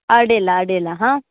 ಅಡ್ಡಿಲ್ಲ ಅಡ್ಡಿಲ್ಲ ಹಾಂ